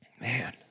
Man